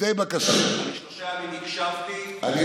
יעקב, אני שלושה ימים הקשבתי, והתקפלת.